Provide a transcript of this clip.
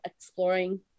exploring